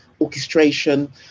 orchestration